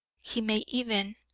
he may even